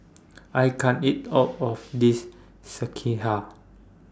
I can't eat All of This Sekihan